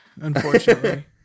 unfortunately